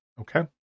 Okay